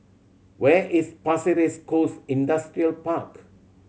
where is Pasir Ris Coast Industrial Park